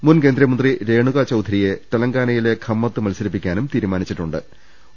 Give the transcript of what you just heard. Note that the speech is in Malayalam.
മുൻ കേന്ദ്രമന്ത്രി രേണുകാ ചൌധരിയെ തെലങ്കാനയിലെ ഖമ്മത്ത് മത്സരിപ്പിക്കാനും തീരുമാനിച്ചിട്ടുണ്ട്ട്